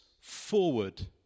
forward